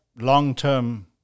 long-term